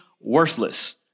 worthless